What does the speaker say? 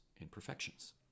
imperfections